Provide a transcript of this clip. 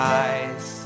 eyes